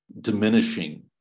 diminishing